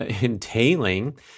entailing